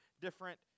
different